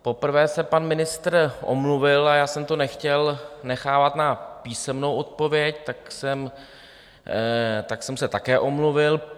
Poprvé se pan ministr omluvil a já jsem to nechtěl nechávat na písemnou odpověď, tak jsem se také omluvil.